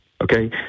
okay